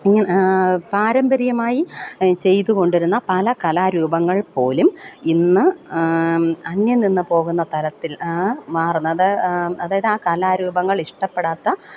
പാരമ്പര്യമായി ചെയ്തുകൊണ്ടിരുന്ന പല കലാരൂപങ്ങൾ പോലും ഇന്ന് അന്യം നിന്ന് പോകുന്ന തലത്തിൽ മാറുന്ന അതായത് ആ കലാരൂപങ്ങൾ ഇഷ്ടപ്പെടാത്ത